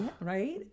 Right